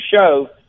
show